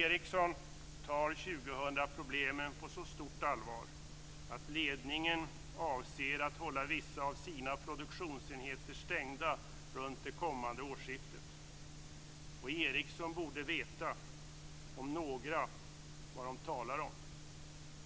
Ericsson tar 2000-problemen på så stort allvar att ledningen avser att hålla vissa av sina produktionsenheter stängda runt det kommande årsskiftet, och Ericsson om några borde veta vad man talar om.